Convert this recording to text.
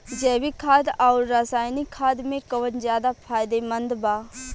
जैविक खाद आउर रसायनिक खाद मे कौन ज्यादा फायदेमंद बा?